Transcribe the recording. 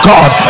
God